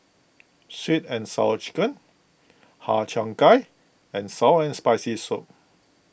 Sweet and Sour Chicken Har Cheong Gai and Sour and Spicy Soup